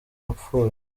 apfuye